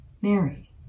Mary